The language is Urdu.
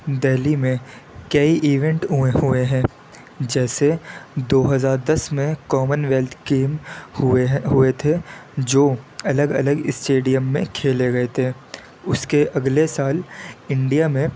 دلی میں کئی ایونٹئے ہوئے ہوئے ہیں جیسے دو ہزار دس میں کامن ویلتھ گیم ہوئے ہیں ہوئے تھے جو الگ الگ اسٹیڈیم میں کھیلے گئے تھے اس کے اگلے سال انڈیا میں